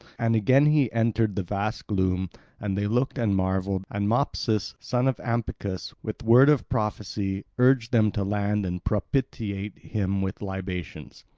and again he entered the vast gloom and they looked and marvelled and mopsus, son of ampycus, with word of prophecy urged them to land and propitiate him with libations.